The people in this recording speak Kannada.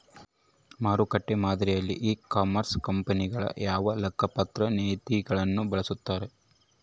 ಮಾರುಕಟ್ಟೆ ಮಾದರಿಯಲ್ಲಿ ಇ ಕಾಮರ್ಸ್ ಕಂಪನಿಗಳು ಯಾವ ಲೆಕ್ಕಪತ್ರ ನೇತಿಗಳನ್ನು ಬಳಸುತ್ತಾರೆ?